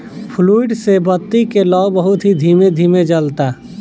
fluid से बत्ती के लौं बहुत ही धीमे धीमे जलता